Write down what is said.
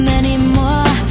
anymore